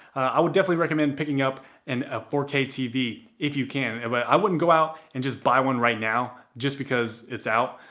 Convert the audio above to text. i would definitely recommend picking up and a four k tv if you can. i wouldn't go out and just buy one right now just because it's out.